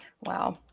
Wow